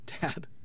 Dad